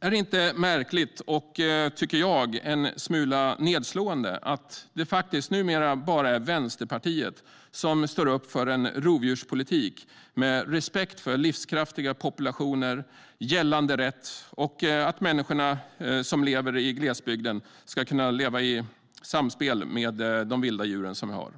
Är det inte märkligt och, tycker jag, en smula nedslående att det faktiskt numera bara är Vänsterpartiet som står upp för en rovdjurspolitik med respekt för livskraftiga populationer, gällande rätt och att människorna som lever i glesbygden ska kunna leva i samspel med de vilda djur vi har?